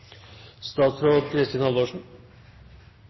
statsråd Kristin